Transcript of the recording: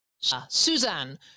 Suzanne